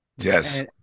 Yes